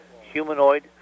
humanoid